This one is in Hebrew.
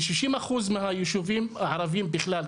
ב-60 אחוז מהיישובים הערבים בכלל,